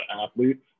athletes